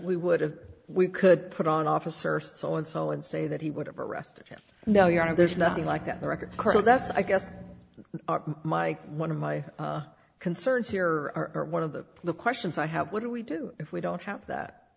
we would have we could put on an officer so and so and say that he would have arrested him no you're not there's nothing like that the record crowe that's i guess my one of my concerns here or one of the the questions i have what do we do if we don't have that